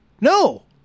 no